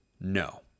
No